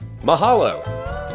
Mahalo